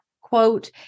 quote